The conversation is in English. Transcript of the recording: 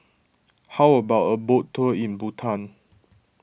how about a boat tour in Bhutan